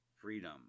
freedom